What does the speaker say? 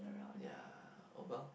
ya oh well